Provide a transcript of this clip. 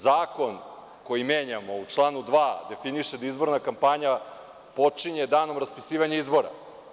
Zakon koji menjamo u članu 2. definiše da izborna kampanja počinje danom raspisivanja izbora.